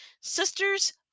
sisters